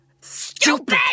Stupid